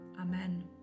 Amen